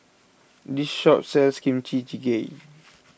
this shop sells Kimchi Jjigae